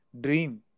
dream